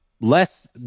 Less